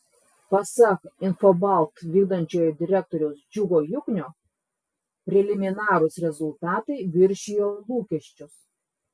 pasak infobalt vykdančiojo direktoriaus džiugo juknio preliminarūs rezultatai viršijo lūkesčius